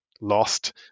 lost